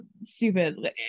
stupid